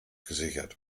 gesichert